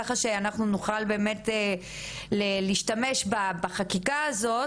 ככה שאנחנו נוכל באמת להשתמש בחקיקה הזאת,